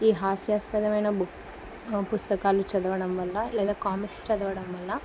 ఈ హాస్యాస్పదమైన బుక్ పుస్తకాలు చదవడం వల్ల లేదా కామిక్స్ చదవడం వల్ల